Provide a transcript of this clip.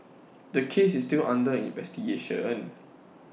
the case is still under investigation